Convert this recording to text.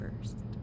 first